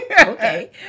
Okay